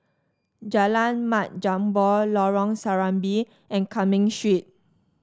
Jalan Mat Jambol Lorong Serambi and Cumming Street